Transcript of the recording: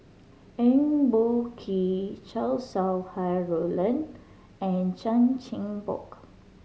Eng Boh Kee Chow Sau Hai Roland and Chan Chin Bock